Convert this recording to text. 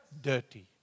dirty